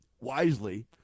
wisely